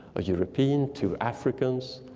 a european, two africans,